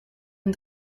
een